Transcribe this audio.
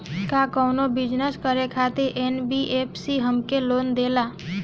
का कौनो बिजनस करे खातिर एन.बी.एफ.सी हमके लोन देला?